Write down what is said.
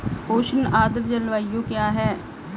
उष्ण आर्द्र जलवायु क्या है?